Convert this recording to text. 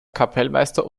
kapellmeister